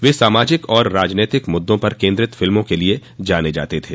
वे सामाजिक और राजनीतिक मुद्दों पर केन्द्रित फिल्मों के लिए जाने जाते थे